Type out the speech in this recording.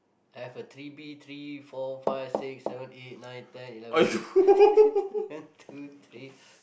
I have a three bee three four five six seven eight nine ten eleven one two three